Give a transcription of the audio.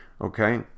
okay